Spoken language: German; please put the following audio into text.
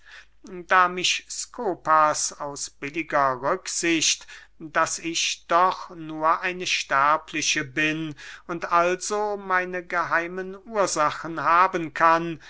da mich skopas aus billiger rücksicht daß ich doch nur eine sterbliche bin und also meine geheimen ursachen haben kann